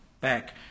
back